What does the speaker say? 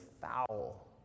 foul